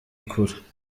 kure